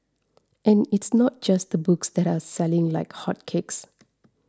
and it's not just the books that are selling like hotcakes